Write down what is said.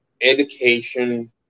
education